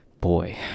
Boy